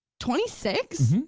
twenty six?